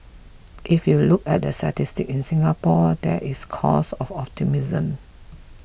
if you look at the statistics in Singapore there is cause of optimism